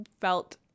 felt